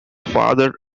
father